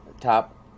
top